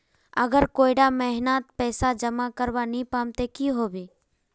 अगर कोई डा महीनात पैसा जमा करवा नी पाम ते की होबे?